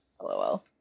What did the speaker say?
lol